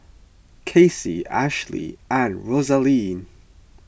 Kacey Ashlee and Rosalee